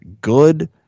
good